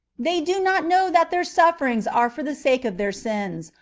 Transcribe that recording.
they do not know that their sufierings are for the sake of their sins,